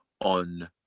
on